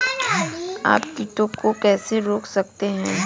आप कीटों को कैसे रोक सकते हैं?